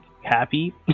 happy